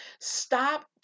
Stop